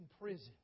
prison